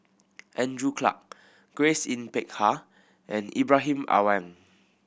Andrew Clarke Grace Yin Peck Ha and Ibrahim Awang